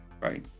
Right